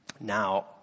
Now